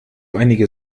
einige